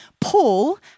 Paul